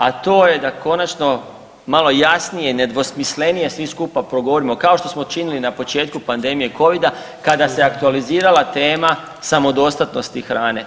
A to je da konačno malo jasnije, nedvosmislenije svi skupa progovorimo, kao što smo činili na početku pandemije Covida kada se aktualizirala tema samodostatnosti hrane.